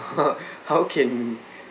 how how can